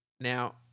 Now